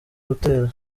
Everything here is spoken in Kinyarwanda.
gutera